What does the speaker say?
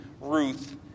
Ruth